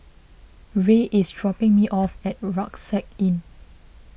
Rey is dropping me off at Rucksack Inn